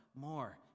more